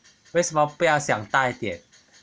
为什么不要想大一点